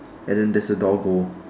and then there is a doggo